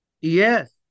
Yes